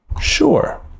Sure